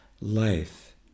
life